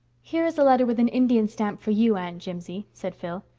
here is a letter with an indian stamp for you, aunt jimsie, said phil.